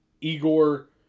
Igor